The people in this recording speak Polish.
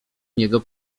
niego